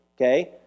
okay